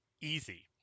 easy